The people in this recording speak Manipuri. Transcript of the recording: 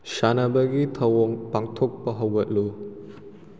ꯁꯥꯅꯕꯒꯤ ꯊꯧꯑꯣꯡ ꯄꯥꯡꯊꯣꯛꯄ ꯍꯧꯒꯠꯂꯨ